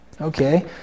Okay